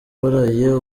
waraye